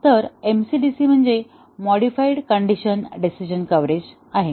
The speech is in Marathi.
तर MCDC म्हणजे मॉडिफाईड कण्डिशन डिसिजन कव्हरेज आहे